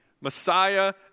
Messiah